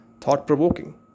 thought-provoking